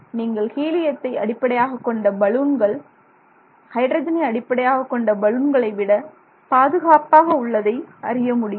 நீங்கள் ஹீலியத்தை அடிப்படையாகக் கொண்ட பலூன்கள் ஹைட்ரஜனை அடிப்படையாகக்கொண்ட பலூன்களைவிட பாதுகாப்பாக உள்ளதை அறிய முடியும்